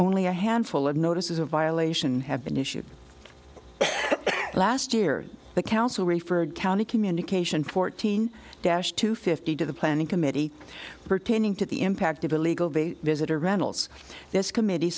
only a handful of notices of violation have been issued last year the council referred county communication fourteen dash to fifty to the planning committee pertaining to the impact of illegal visitor randall's this committee